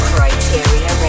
Criteria